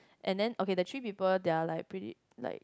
and then okay the three people they're like pretty like